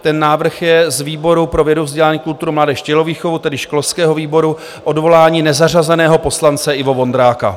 Ten návrh je z výboru pro vědu, vzdělání, kulturu, mládež a tělovýchovu, tedy školského výboru, odvolání nezařazeného poslance Ivo Vondráka.